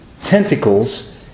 tentacles